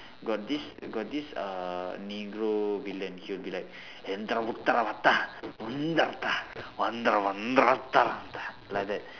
got this got this uh negro villain he'll be like like that